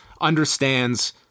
understands